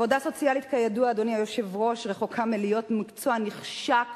עבודה סוציאלית, כידוע, רחוקה מלהיות מקצוע נחשק